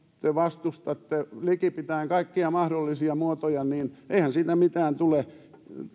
te vastustatte likipitäen kaikkia mahdollisia muotoja niin eihän siitä mitään tule